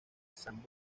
san